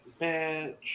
Bitch